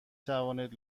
توانید